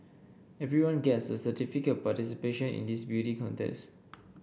everyone gets a certificate of participation in this beauty contest